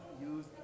use